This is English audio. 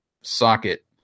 socket